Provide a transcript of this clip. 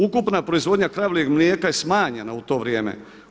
Ukupna proizvodnja kravljeg mlijeka je smanjena u to vrijeme.